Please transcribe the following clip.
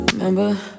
Remember